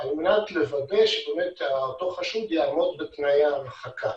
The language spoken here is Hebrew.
על מנת לוודא שאותו חשוד יעמוד בתנאי ההרחקה.